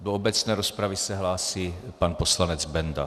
Do obecné rozpravy se hlásí pan poslanec Benda.